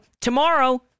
tomorrow